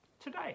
today